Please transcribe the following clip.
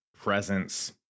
presence